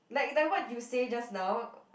like like what you say just now